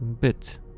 bit